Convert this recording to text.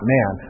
Man